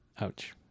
Ouch